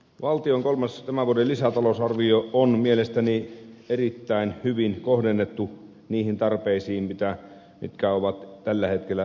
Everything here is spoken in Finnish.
valtion kolmas tämän vuoden lisäta lousarvio on mielestäni erittäin hyvin kohdennettu niihin tarpeisiin mitkä ovat tällä hetkellä akuuteimpia